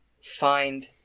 find